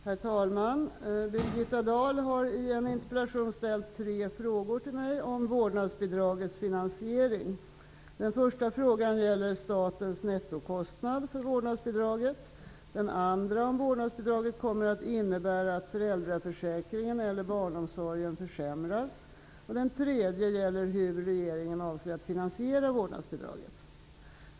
Herr talman! Birgitta Dahl har i en interpellation ställt tre frågor till mig om vårdnadsbidragets finansiering. Den första frågan gäller statens nettokostnad för vårdnadsbidraget. Den andra gäller om vårdnadsbidraget kommer att innebära att föräldraförsäkringen eller barnomsorgen försämras. Den tredje gäller hur regeringen avser att finansiera vårdnadsbidraget.